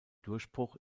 durchbruch